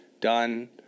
done